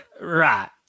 Right